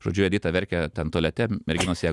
žodžiu edita verkia ten tualete merginos ją